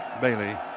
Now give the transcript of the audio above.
Bailey